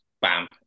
bam